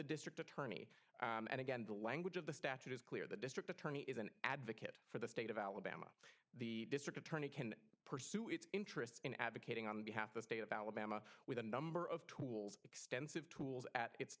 the district attorney and again the language of the statute is clear the district attorney is an advocate for the state of alabama district attorney can pursue its interests in advocating on behalf of state of alabama with a number of tools extensive tools at its